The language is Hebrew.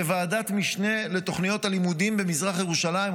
לוועדת משנה לתוכניות הלימודים במזרח ירושלים,